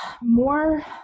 more